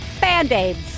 Band-Aids